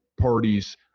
parties